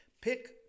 Pick